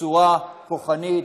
בצורה כוחנית,